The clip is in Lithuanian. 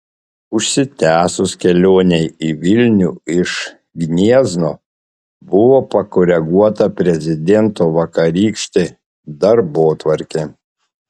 užsitęsus kelionei į vilnių iš gniezno buvo pakoreguota prezidento vakarykštė darbotvarkė